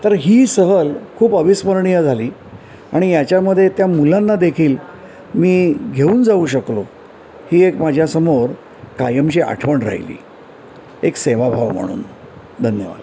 तर ही सहल खूप अविस्मरणीय झाली आणि याच्यामधे त्या मुलांना देखील मी घेऊन जाऊ शकलो ही एक माझ्यासमोर कायमची आठवण राहिली एक सेवाभाव म्हणून धन्यवाद